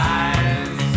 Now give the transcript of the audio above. eyes